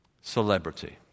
Celebrity